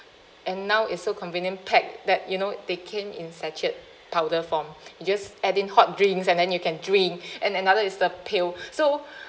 and now it's so convenient pack that you know they came in sachet powder form you just add in hot drinks and then you can drink and another is the pill so